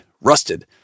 rusted